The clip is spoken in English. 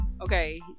Okay